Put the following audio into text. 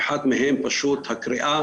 אחד מהם הקריאה